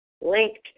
linked